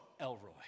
Elroy